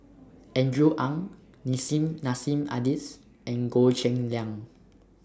Andrew Ang Nissim Nassim Adis and Goh Cheng Liang